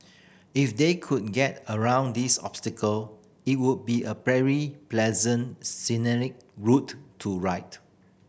if they could get around these obstacle it would be a very pleasant scenic route to ride